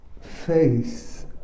faith